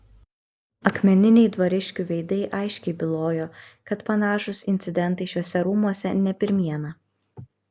akmeniniai dvariškių veidai aiškiai bylojo kad panašūs incidentai šiuose rūmuose ne pirmiena